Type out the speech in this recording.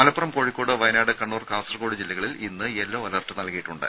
മലപ്പുറം കോഴിക്കോട് വയനാട് കണ്ണൂർ കാസർകോട് ജില്ലകളിൽ ഇന്ന് yellow alert നൽകിയിട്ടുണ്ട്